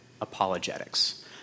apologetics